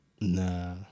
Nah